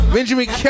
Benjamin